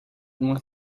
uma